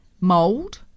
mold